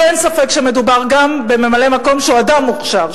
אין ספק שמדובר בממלא-מקום שהוא אדם מוכשר,